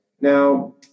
Now